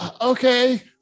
okay